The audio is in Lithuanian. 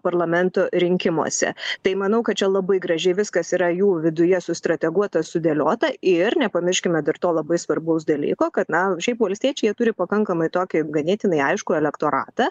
parlamento rinkimuose tai manau kad čia labai gražiai viskas yra jų viduje sustrateguota sudėliota ir nepamirškime dar to labai svarbaus dalyko kad na šiaip valstiečiai jie turi pakankamai tokį ganėtinai aiškų elektoratą